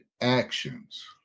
actions